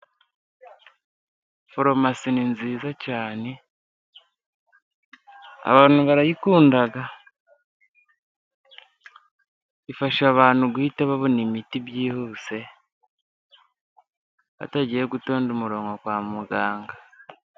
Foromasi ni nziza cyane abantu barayikunda, ifasha abantu guhita babona imuti byihuse, batagiye gutonda umorongo kwa muganga.